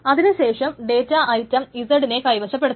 അതിനുശേഷം data item z നെ കൈവശപ്പെടുത്തുന്നു